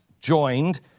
joined